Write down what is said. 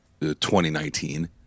2019